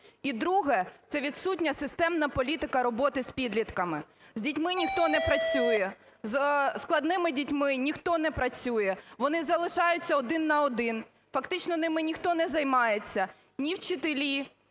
І друге – це відсутня системна політика роботи з підлітками. З дітьми ніхто не працює, зі складними дітьми ніхто не працює, вони залишаються один на один, фактично ними ніхто не займається – ні вчителі,